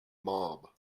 mob